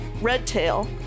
Redtail